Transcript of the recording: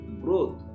growth